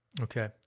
Okay